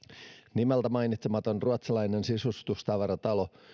nimeltä mainitsematon ruotsalainen sisustustavaratalo